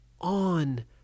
on